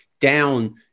down